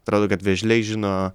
atrodo kad vėžliai žino